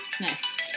Nice